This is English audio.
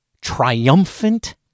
triumphant